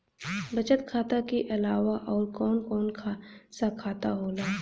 बचत खाता कि अलावा और कौन कौन सा खाता होला?